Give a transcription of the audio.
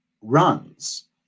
runs